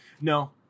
No